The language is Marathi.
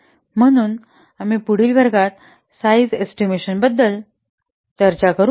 म्हणून आम्ही पुढील वर्गात साइज एस्टिमेशन बद्दल चर्चा करू